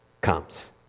comes